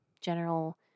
general